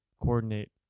coordinate